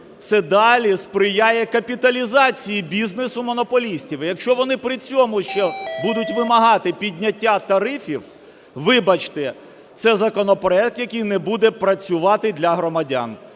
це далі сприяє капіталізації бізнесу монополістів. І якщо вони при цьому ще будуть вимагати підняття тарифів, вибачте, це законопроект, який не буде працювати для громадян.